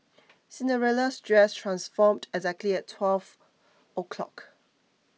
Cinderella's dress transformed exactly at twelve o'clock